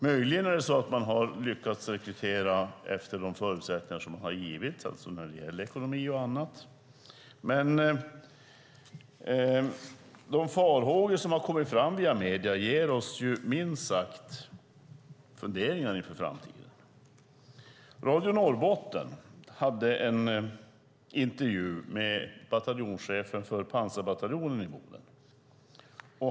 Möjligen är det så att man har lyckats rekrytera efter de förutsättningar som har givits när det gäller ekonomi och annat, men de farhågor som har kommit fram via medierna ger oss, minst sagt, funderingar inför framtiden. Radio Norrbotten hade en intervju med bataljonchefen för pansarbataljonen i Boden.